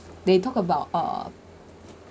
they talk about uh